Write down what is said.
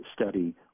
study